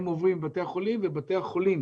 הם עוברים על בתי החולים ובתי החולים